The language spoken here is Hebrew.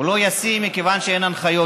הוא לא ישים מכיוון שאין הנחיות,